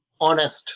honest